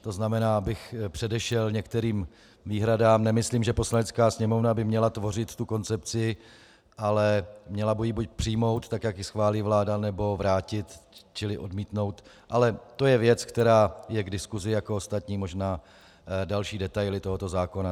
To znamená, abych předešel některým výhradám, nemyslím, že Poslanecká sněmovna by měla tvořit koncepci, ale měla by ji buď přijmout, jak ji schválí vláda, nebo vrátit, čili odmítnout, ale to je věc, která je k diskusi jako ostatně možná další detaily tohoto zákona.